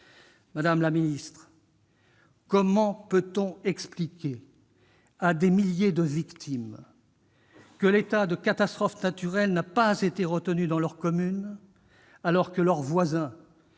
Madame la ministre, comment expliquer à des milliers de victimes que l'état de catastrophe naturelle n'a pas été reconnu pour leur commune alors qu'il l'a